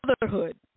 Motherhood